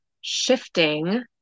shifting